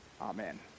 amen